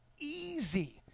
easy